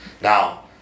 Now